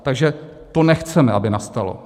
Takže to nechceme, aby nastalo.